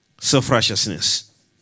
Self-righteousness